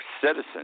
citizens